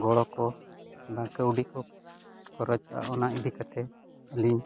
ᱜᱚᱲᱚ ᱠᱚ ᱵᱟᱝ ᱠᱟᱹᱣᱰᱤ ᱠᱚ ᱠᱷᱚᱨᱚᱪᱚᱜᱼᱟ ᱚᱱᱟ ᱤᱫᱤ ᱠᱟᱛᱮ ᱟᱹᱞᱤᱧ